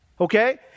Okay